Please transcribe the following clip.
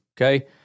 Okay